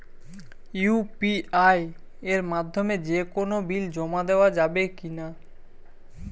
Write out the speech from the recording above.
UPI এর মাধ্যমে যে কোনো বিল জমা দেওয়া যাবে কি না?